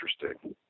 interesting